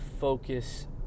focus